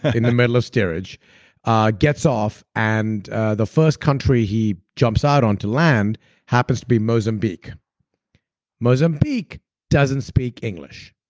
in the middle of steerage ah gets off and the first country he jumps out onto land happens to be mozambique mozambique doesn't speak english.